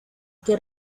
que